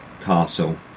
castle